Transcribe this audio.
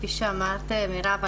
כפי שאמרת מרב,